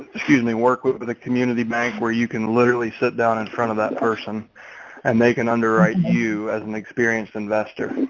excuse me work with with a community bank where you can literally sit down in front of that person and they can underwrite you as an experienced investor.